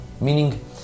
meaning